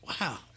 wow